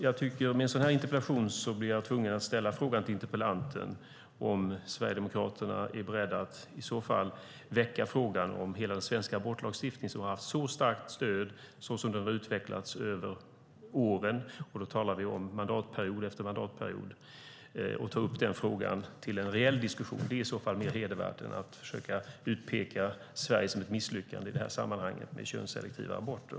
I en sådan här interpellationsdebatt blir jag tvungen att ställa frågan till interpellanten om Sverigedemokraterna är beredda att i så fall väcka frågan om hela den svenska abortlagstiftningen som har haft ett så starkt stöd såsom den har utvecklats över åren, och då talar vi om mandatperiod efter mandatperiod, och ta upp denna fråga till en reell diskussion. Det är i så fall mer hedervärt än att försöka utpeka Sverige som ett misslyckande i detta sammanhang med könsselektiva aborter.